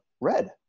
red